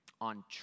on